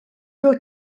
dwyt